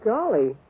Golly